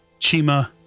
Chima